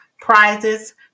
prizes